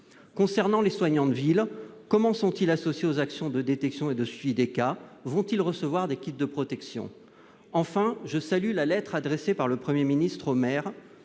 Comment les soignants de ville sont-ils associés aux actions de détection et de suivi des cas ? Vont-ils recevoir des kits de protection ? Enfin, je salue la lettre adressée par le Premier ministre aux maires,